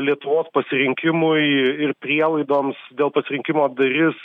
lietuvos pasirinkimui ir prielaidoms dėl pasirinkimo darys